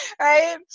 right